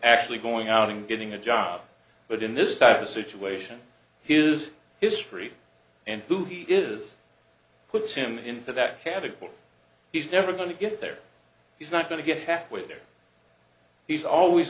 actually going out and getting a job but in this type of situation here's history and who he is puts him into that category he's never going to get there he's not going to get halfway there he's always